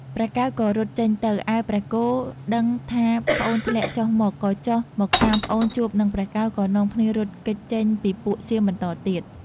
ព្រះកែវក៏រត់ចេញទៅ ឯព្រះគោដឹងថាប្អូនធ្លាក់ចុះមក ក៏ចុះមកតាមប្អូនជួបនឹងព្រះកែវក៏នាំគ្នារត់គេចចេញពីពួកសៀមបន្តទៀត។